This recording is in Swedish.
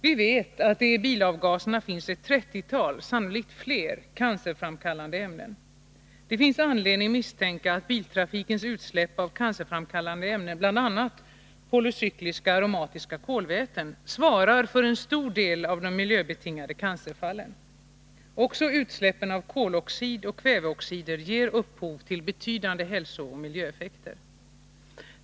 Vi vet att det i bilavgaserna finns ett trettiotal — sannolikt fler — cancerframkallande ämnen. Det finns anledning misstänka att biltrafikens utsläpp av cancerframkallande ämnen, bl.a. polycykliska aromatiska kolväten, svarar för en stor del av de miljöbetingade cancerfallen. Också utsläppen av koloxid och kväveoxider ger upphov till betydande hälsooch miljöeffekter.